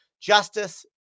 justice